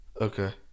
Okay